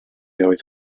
oedd